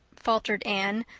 faltered anne,